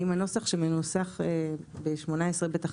היא האם הנוסח שמנוסח בסעיף 18ב1,